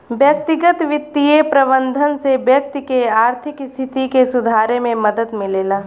व्यक्तिगत बित्तीय प्रबंधन से व्यक्ति के आर्थिक स्थिति के सुधारे में मदद मिलेला